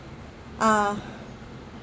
uh